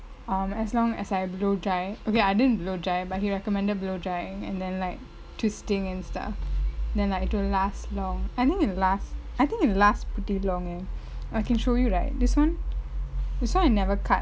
um as long as I blow dry okay I didn't blow dry but he recommended blow drying and then like twisting and stuff then like it will last long I think it will last I think it'll last pretty long leh I can show you right this one this one I never cut